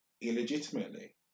illegitimately